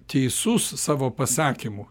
teisus savo pasakymu